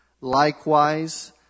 Likewise